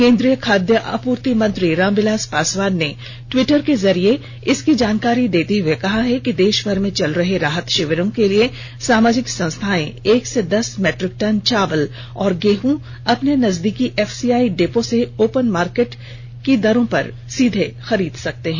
केन्द्रीय खाद्य आपूर्ति मंत्री रामविलास पासवान ने ट्विटर के जरिये इसकी जानकारी देते हुए कहा है कि देष भर में चल रहे राहत षिविरों के लिए सामाजिक संस्थाएं एक से दस मीट्रिक टन चावल और गेहूं अपने नजदीकी एफसीआई डीपो से ओपन मार्केट से सीधे खरीद सकते हैं